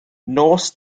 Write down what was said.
nos